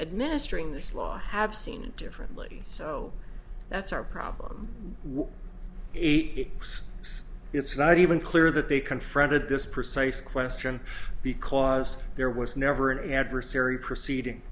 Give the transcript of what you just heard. administering this law have seen it differently so that's our problem when he says it's not even clear that they confronted this precise question because there was never an adversary proceeding